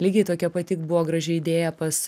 lygiai tokia pati buvo graži idėja pas